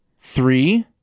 three